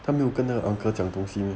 他没有跟那个 uncle 讲东西 meh